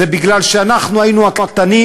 זה כי אנחנו היינו הקטנים,